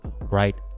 right